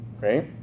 right